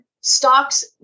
stocks